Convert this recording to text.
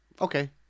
Okay